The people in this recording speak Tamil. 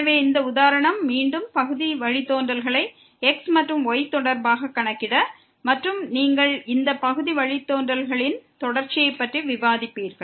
எனவே இந்த உதாரணம் மீண்டும் பகுதி வழித்தோன்றல்களை x மற்றும் y தொடர்பாக கணக்கிட மற்றும் நீங்கள் இந்த பகுதி வழித்தோன்றல்களின் தொடர்ச்சியைப் பற்றி விவாதிப்பீர்கள்